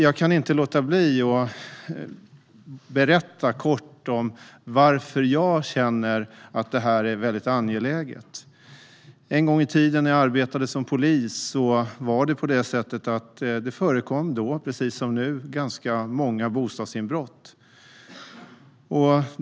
Jag kan inte låta bli att kort berätta varför jag känner att detta är väldigt angeläget. En gång i tiden när jag arbetade som polis förekom det - precis som nu - ganska många bostadsinbrott.